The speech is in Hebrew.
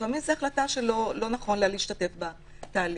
לפעמים זאת החלטה שלא נכון לה להשתתף בתהליך.